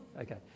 okay